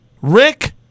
Rick